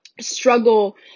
struggle